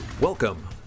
Welcome